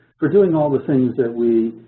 for doing all the things that we,